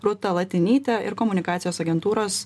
rūta latinyte ir komunikacijos agentūros